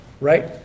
right